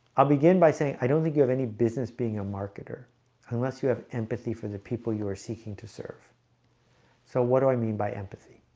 i'll begin by saying i don't think you have any business being a marketer unless you have empathy for the people you are seeking to serve so what do i mean by empathy?